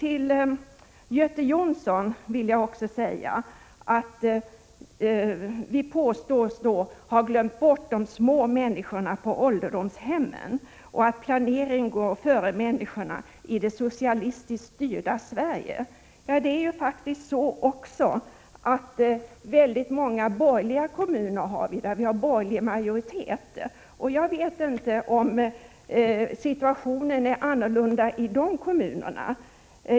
Göte Jonsson påstår att vi har glömt bort de små människorna på ålderdomshemmen och att planering går före människorna i det socialistiskt styrda Sverige. Det finns faktiskt också många kommuner som har borgerlig majoritet, och jag vet inte om situationen är annorlunda i dem.